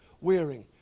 wearing